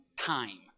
time